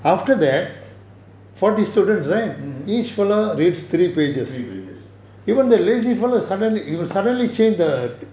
mmhmm three pages